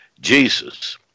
Jesus